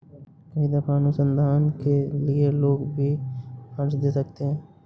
कई दफा अनुसंधान के लिए लोग भी फंडस दे सकते हैं